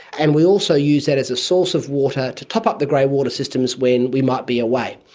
and we also use that as a source of water to top up the greywater systems when we might be away.